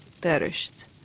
perished